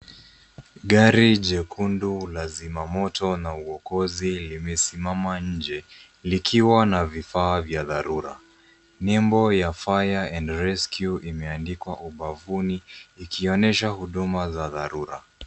Gari jekundu la zimamoto na uwokozi limesimama nje likiwa na vifaa vya dharura. Nembo ya fire and rescue imeandikwa ubavuni ikionyesha huduma za dharura.